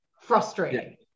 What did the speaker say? Frustrating